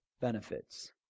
benefits